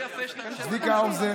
צביקה האוזר,